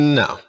no